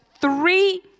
three